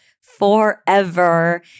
forever